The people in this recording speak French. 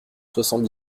soixante